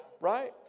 right